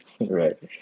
right